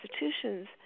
institutions